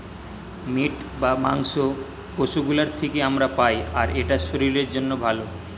meet বা মাংস পশু গুলোর থিকে আমরা পাই আর এটা শরীরের জন্যে ভালো